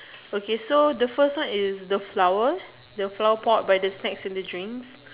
okay so the first one is the flower the flower pot by the snacks and the drinks